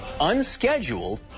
unscheduled